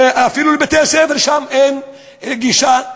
אפילו לבתי-הספר שם אין גישה.